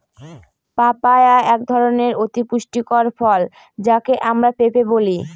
papaya একধরনের অতি পুষ্টিকর ফল যাকে আমরা পেঁপে বলি